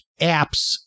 apps